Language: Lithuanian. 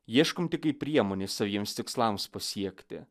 ieškom tik kaip priemonės saviems tikslams pasiekti